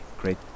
great